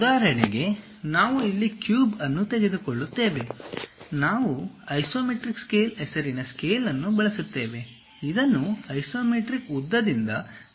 ಉದಾಹರಣೆಗೆ ನಾವು ಇಲ್ಲಿ ಕ್ಯೂಬ್ ಅನ್ನು ತೆಗೆದುಕೊಳ್ಳುತ್ತೇವೆ ನಾವು ಐಸೊಮೆಟ್ರಿಕ್ ಸ್ಕೇಲ್ ಹೆಸರಿನ ಸ್ಕೇಲ್ ಅನ್ನು ಬಳಸುತ್ತೇವೆ ಇದನ್ನು ಐಸೊಮೆಟ್ರಿಕ್ ಉದ್ದದಿಂದ ನಿಜವಾದ ಉದ್ದಕ್ಕೆ ವ್ಯಾಖ್ಯಾನಿಸಲಾಗಿದೆ